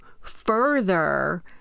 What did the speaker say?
further